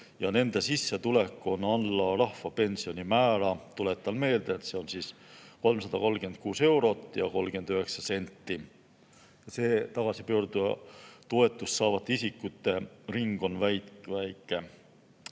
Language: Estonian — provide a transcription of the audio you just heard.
ja nende sissetulek on alla rahvapensioni määra. Tuletan meelde, et see on 336 eurot ja 39 senti. See tagasipöörduja toetust saavate isikute ring on väike.